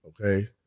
Okay